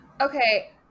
Okay